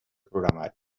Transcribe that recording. programari